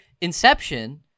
Inception